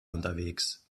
unterwegs